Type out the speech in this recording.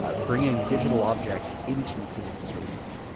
ah bringing digital objects into physical spaces.